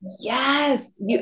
yes